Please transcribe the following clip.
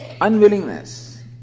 unwillingness